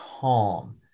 calm